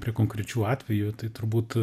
prie konkrečių atvejų tai turbūt